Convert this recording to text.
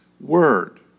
word